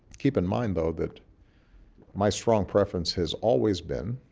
keep in mind though that my strong preference has always been